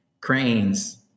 cranes